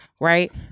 right